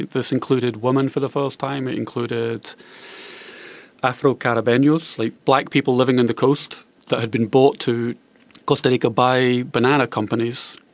this included women for the first time, it included afro caribenos, black people living on the coast that had been brought to costa rica by banana companies,